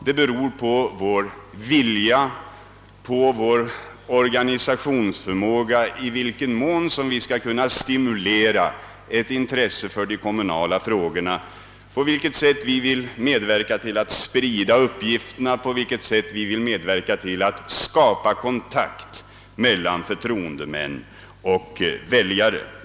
Det beror på vår vilja och organisationsförmåga i vilken mån vi skall kunna stimulera intresset för de kommunala frågorna, på vår förmåga och vilja att sprida uppgifterna och att skapa kontakt mellan förtroendemän och väljare.